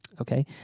Okay